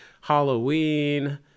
Halloween